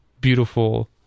beautiful